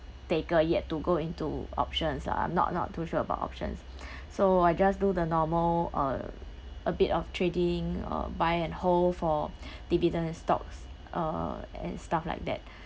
taker yet to go into options uh not not too sure about options so I just do the normal uh a bit of trading uh buy and hold for dividend stocks uh and stuff like that